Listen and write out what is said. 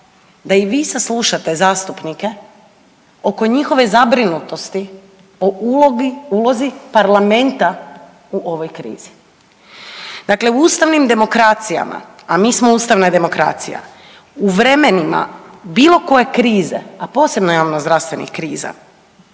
da i vi saslušate zastupnike oko njihove zabrinutosti o ulozi Parlamenta u ovoj krizi. Dakle, u ustavnim demokracijama, a mi smo ustavna demokracija u vremenima bilo koje krize, a posebno javnozdravstvenih kriza